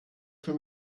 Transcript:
für